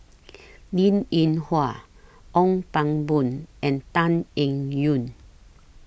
Linn in Hua Ong Pang Boon and Tan Eng Yoon